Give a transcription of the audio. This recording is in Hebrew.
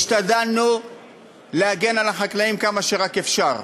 השתדלנו להגן על החקלאים כמה שרק אפשר.